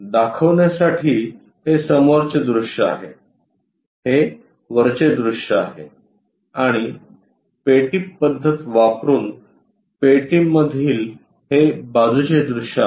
दाखवण्यासाठी हे समोरचे दृश्य आहे हे वरचे दृश्य आहे आणि पेटी पद्धत वापरुन पेटीमधील हे बाजूचे दृश्य आहे